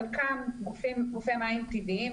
חלקם גופי מים טבעיים,